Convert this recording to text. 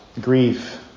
grief